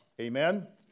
Amen